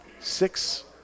Six